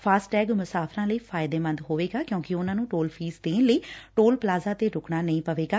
FASTag ਮੁਸਾਫ਼ਰਾਂ ਲਈ ਫਾਇਦੇਮੰਦ ਹੋਵੇਗਾ ਕਿਉਂਕਿ ਉਨਾਂ ਨੂੰ ਟੋਲ ਫੀਸ ਦੇਣ ਲਈ ਟੋਲ ਪਲਾਜ਼ਾ ਤੇ ਰੁਕਣਾ ਨਹੀਂ ਪਵੇਗਾ